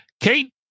Kate